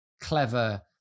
clever